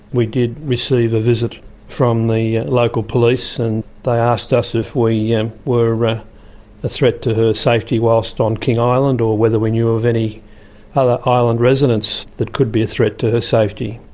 we did receive a visit from the local police and they asked us if we yeah were a threat to her safety whilst on king island or whether we knew of any other island residents that could be a threat to her safety.